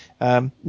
No